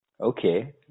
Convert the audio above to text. Okay